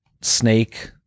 snake